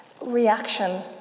reaction